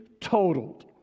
totaled